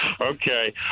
Okay